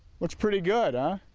looks pretty good huh?